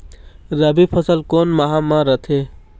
रबी फसल कोन माह म रथे?